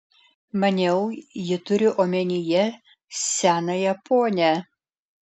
maniau ji turi omenyje senąją ponią